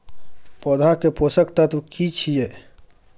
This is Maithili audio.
पौधा के पोषक तत्व की छिये?